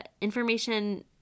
Information